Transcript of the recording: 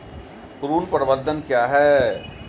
ऋण प्रबंधन क्या है?